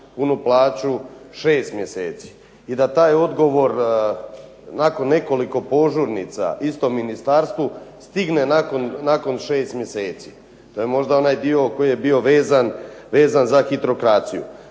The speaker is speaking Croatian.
punu plaću šest mjeseci i da taj odgovor nakon nekoliko požurnica istom ministarstvu stigne nakon šest mjeseci. To je možda onaj dio koji je bio vezan za hitrokraciju.